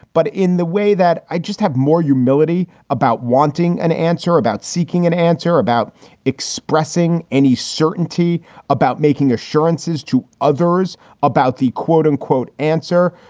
but in the way that i just have more humility about wanting an answer, about seeking an answer, about expressing any certainty, about making assurances to others about the quote unquote answer.